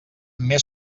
més